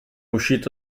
uscito